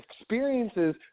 experiences